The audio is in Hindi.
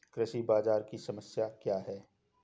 कृषि बाजार की समस्या क्या है?